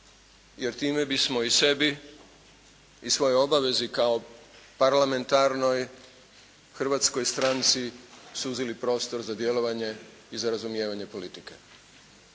jer time bismo i sebi i svojoj obavezi kao parlamentarnoj hrvatskoj stranci suzili prostor za djelovanje i za razumijevanje politike.